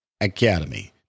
academy